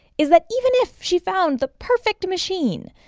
is that even if she found the perfect machine,